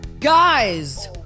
Guys